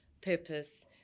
purpose